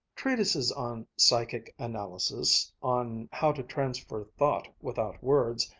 treatises on psychic analysis, on how to transfer thought without words,